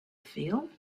feel